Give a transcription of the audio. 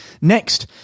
Next